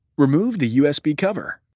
remove the usb cover.